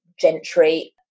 gentry